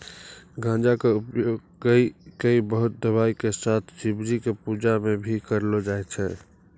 गांजा कॅ उपयोग कई बहुते दवाय के साथ शिवजी के पूजा मॅ भी करलो जाय छै